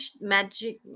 magic